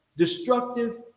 destructive